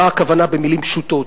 למה הכוונה, במלים פשוטות?